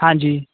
ਹਾਂਜੀ